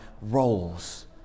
roles